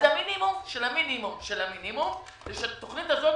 אז המינימום של המינימום של המינימום זה שתוכנית כזאת,